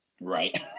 Right